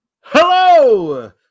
Hello